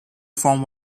formed